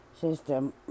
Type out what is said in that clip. system